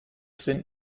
sind